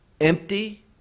empty